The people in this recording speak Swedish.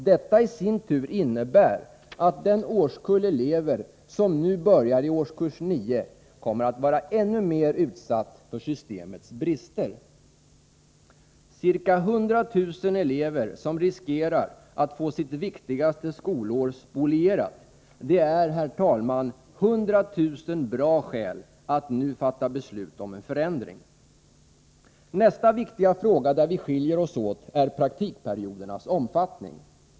Detta i sin tur innebär att den årskull elever som nu börjar i årskurs 9 kommer att vara ännu mer utsatt för systemets brister. Ca 100 000 elever som riskerar att få sitt viktigaste skolår spolierat— det är, herr talman, 100 000 bra skäl att nu fatta beslut om en förändring. Nästa viktiga fråga där vi skiljer oss åt är praktikperiodernas omfattning.